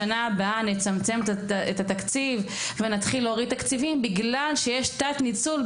בשנה הבאה נצמצם את התקציב ונתחיל להוריד תקציבים בגלל שיש תת ניצול,